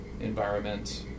environment